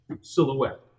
silhouette